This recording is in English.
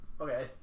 Okay